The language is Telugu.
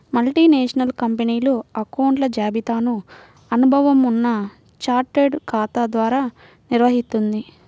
మల్టీనేషనల్ కంపెనీలు అకౌంట్ల జాబితాను అనుభవం ఉన్న చార్టెడ్ ఖాతా ద్వారా నిర్వహిత్తుంది